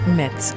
met